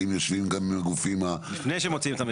האם יושבים גם הגופים --- לפני שמוציאים את המכרז.